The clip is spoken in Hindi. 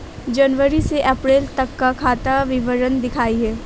जनवरी से अप्रैल तक का खाता विवरण दिखाए?